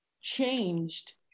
changed